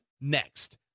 next